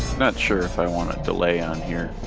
not sure if i want a delay on here.